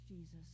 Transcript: Jesus